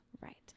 Right